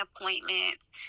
appointments